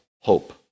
hope